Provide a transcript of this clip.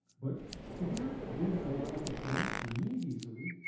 but if your data allows the select be made easily,